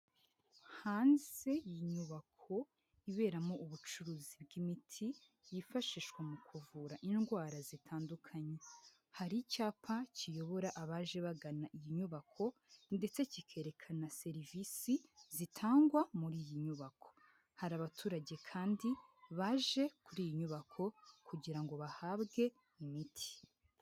Hanze y'inyubako iberamo ubucuruzi bw'imiti yifashishwa mu kuvura indwara zitandukanye, hari icyapa kiyobora abaje bagana iyi nyubako ndetse kikerekana serivisi zitangwa muri iyi nyubako. Hari abaturage kandi baje kuri iyi nyubako kugira ngo bahabwe imiti.